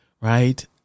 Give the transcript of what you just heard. right